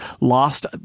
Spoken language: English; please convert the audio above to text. lost